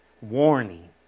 Warning